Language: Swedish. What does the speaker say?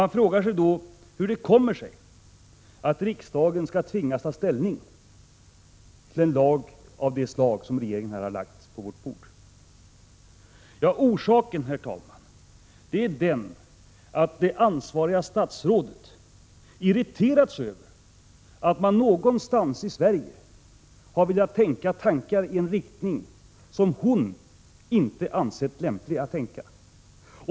Man frågar sig hur det kommer sig att riksdagen tvingas ta ställning till ett lagförslag av det slag som regeringen har lagt på vårt bord. Orsaken, herr talman, är att det ansvariga statsrådet irriterats över att man någonstans i Sverige har velat tänka tankar i en riktning som statsrådet inte ansett lämpliga att tänka.